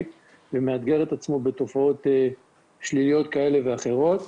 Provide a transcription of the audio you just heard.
ומאתגר את עצמו בתופעות שליליות כאלה ואחרות.